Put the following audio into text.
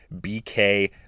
BK